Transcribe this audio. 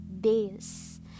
days